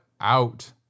out